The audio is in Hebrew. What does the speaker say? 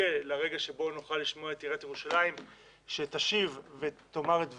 מחכה לרגע שבו נוכל לשמוע את עיריית ירושלים שתשיב ותאמר את דבריה,